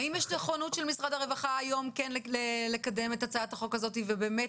האם יש נכונות של משרד הרווחה לקדם את הצעת החוק ולתת